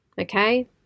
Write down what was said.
okay